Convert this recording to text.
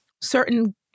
certain